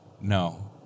no